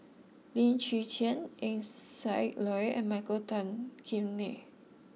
Lim Chwee Chian Eng Siak Loy and Michael Tan Kim Nei